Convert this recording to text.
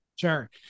Sure